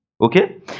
okay